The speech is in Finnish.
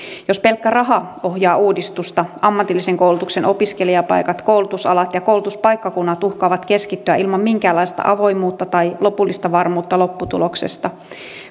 jos pelkkä raha ohjaa uudistusta ammatillisen koulutuksen opiskelijapaikat koulutusalat ja koulutuspaikkakunnat uhkaavat keskittyä ilman minkäänlaista avoimuutta tai lopullista varmuutta lopputuloksesta